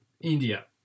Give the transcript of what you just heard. India